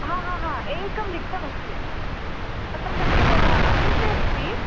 हा हा हा एकं रिक्तम् अस्ति तत्र शक्यते वा अन्ते अस्ति